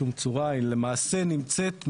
אין לזה טביעת רגל בשום צורה במשק הישראלי וזה נמצא בקרבת